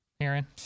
Aaron